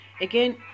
again